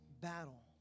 battle